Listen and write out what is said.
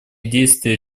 действия